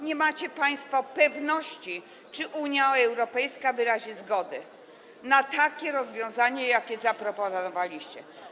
Nie macie państwo pewności, czy Unia Europejska wyrazi zgodę na takie rozwiązanie, jakie zaproponowaliście.